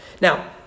Now